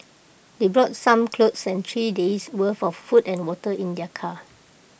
they brought some clothes and three days' worth of food and water in their car